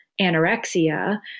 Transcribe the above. anorexia